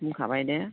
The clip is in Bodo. बुंखाबाय दे